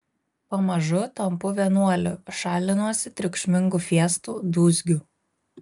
pamažu tampu vienuoliu šalinuosi triukšmingų fiestų dūzgių